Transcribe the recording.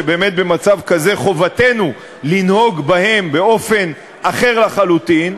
שבאמת במצב כזה חובתנו לנהוג בהם באופן אחר לחלוטין,